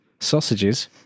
sausages